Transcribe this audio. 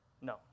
no